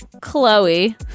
Chloe